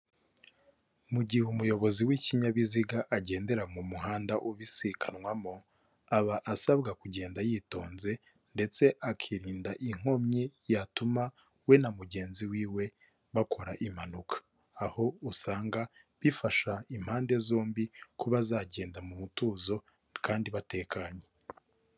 Mu gihe umuyobozi w'ikinyabiziga agendera mu muhanda ubisikanwamo aba asabwa kugenda yitonze, ndetse akirinda inkomyi yatuma we na mugenzi wiwe bakora impanuka, aho usanga bifasha impande zombi, kuba bazagenda mu mutuzo kandi batekanye.